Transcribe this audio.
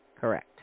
Correct